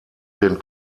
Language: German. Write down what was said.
den